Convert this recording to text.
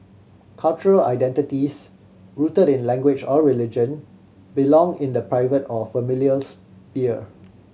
cultural identities rooted in language or religion belong in the private or familial sphere